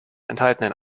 enthaltenen